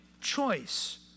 choice